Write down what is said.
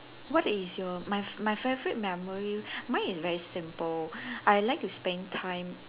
what is your my my favorite memory mine is very simple I like to spend time